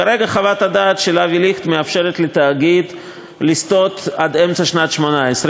כרגע חוות הדעת של אבי ליכט מאפשרת לתאגיד לסטות עד אמצע שנת 2018,